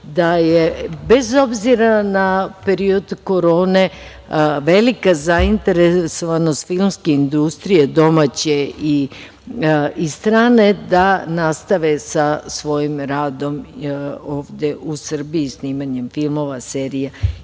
da je, bez obzira na period korone, velika zainteresovanost filmske industrije, domaće i strane, da nastave sa svojim radom ovde u Srbiji snimanjem filmova, serija